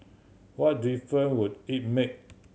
what difference would it make